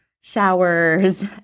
showers